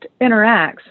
interacts